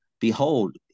behold